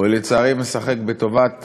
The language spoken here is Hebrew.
או לצערי משחק בטובת